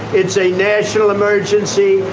it's a national emergency.